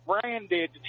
branded –